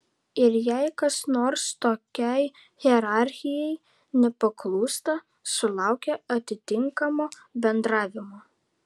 ir jei kas nors tokiai hierarchijai nepaklūsta sulaukia atitinkamo bendravimo